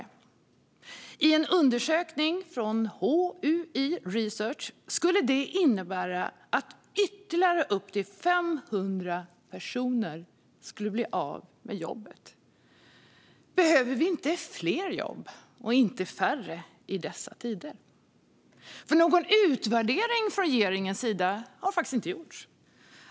Enligt en undersökning från HUI Research skulle det innebära att ytterligare upp till 500 personer skulle bli av med jobbet. Behöver vi inte fler jobb - inte färre - i dessa tider? Någon utvärdering från regeringens sida har faktiskt inte gjorts.